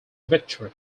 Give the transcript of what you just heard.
victory